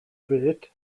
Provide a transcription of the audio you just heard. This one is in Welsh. bryd